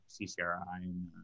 CCRI